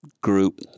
group